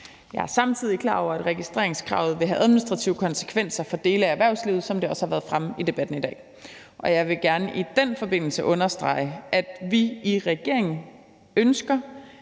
Jeg er samtidig klar over, at registreringskravet vil have administrative konsekvenser for dele af erhvervslivet, som det også har været fremme i debatten i dag, og jeg vil gerne i den forbindelse understrege, at vi i regeringen ønsker,